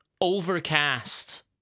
overcast